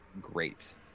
great